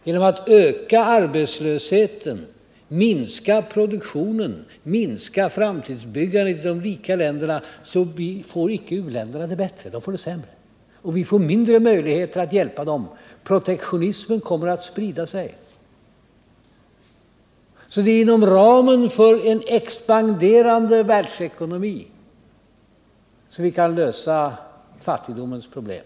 Genom att öka arbetslösheten, minska produktionen eller minska framtidsbyggandet i de rika länderna får icke uländerna det bättre. De får det sämre, och vi får mindre möjligheter att hjälpa dem -— protektionismen kommer att sprida sig. Det är alltså inom ramen för en expanderande världsekonomi som vi kan lösa fattigdomens problem.